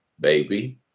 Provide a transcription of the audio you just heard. baby